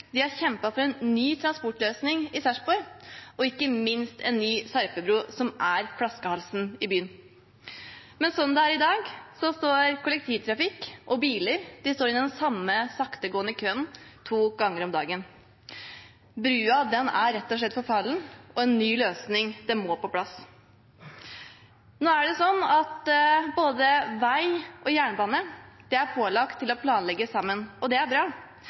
for en ny transportløsning i Sarpsborg, og ikke minst en ny sarpebru, som er flaskehalsen i byen. Som det er i dag, står kollektivtrafikk og biler i den samme saktegående køen to ganger om dagen. Brua er rett og slett forfallen, og en ny løsning må på plass. Vei og jernbane er pålagt å planlegge sammen. Det er bra, men det gjør at vi er helt avhengig av en framdrift i intercity til Sarpsborg. Optimistiske sarpinger ser fram til å